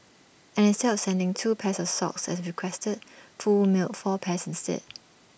and instead of sending two pairs of socks as requested Foo mailed four pairs instead